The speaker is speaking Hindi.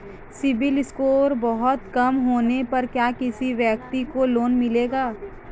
सिबिल स्कोर बहुत कम होने पर क्या किसी व्यक्ति को लोंन मिलेगा?